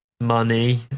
Money